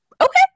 Okay